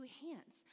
hands